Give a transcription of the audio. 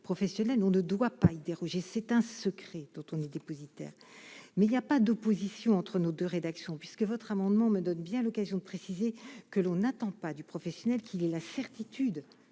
professionnel, on ne doit pas y déroger, c'est un secret : quand on est dépositaire, mais il y a pas d'opposition entre nos 2 rédactions puisque votre amendement me donne bien l'occasion de préciser que l'on n'attend pas du professionnel qu'il ait la certitude